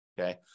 Okay